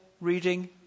reading